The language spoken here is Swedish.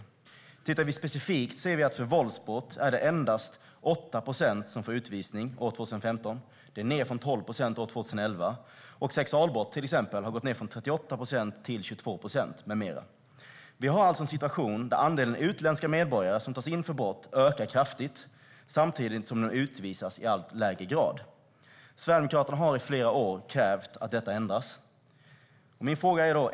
Om vi tittar specifikt på våldsbrott kan vi se att endast 8 procent dömdes till utvisning år 2015. Det har gått ned från 12 procent år 2011. Och för till exempel sexualbrott har det gått ned från 38 procent till 22 procent. Vi har alltså en situation där andelen utländska medborgare som tas in för brott ökar kraftigt samtidigt som de utvisas i allt lägre grad. Sverigedemokraterna har i flera år krävt att detta ska ändras.